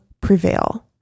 prevail